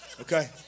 okay